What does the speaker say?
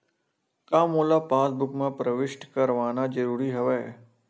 का मोला पासबुक म प्रविष्ट करवाना ज़रूरी हवय?